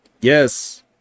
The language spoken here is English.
Yes